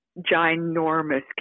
ginormous